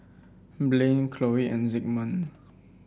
Blane Chloe and Zigmund